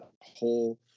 whole